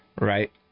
right